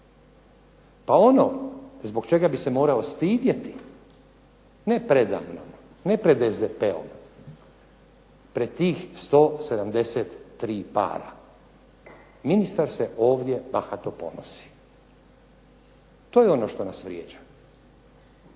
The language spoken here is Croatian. A ono zbog čega bi se morao stidjeti ne preda mnom, ne pred SDP-om, pred tih 173 para. Ministar se ovdje bahato ponosi. To je ono što nas vrijeđa.